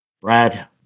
Brad